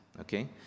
okay